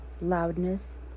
Loudness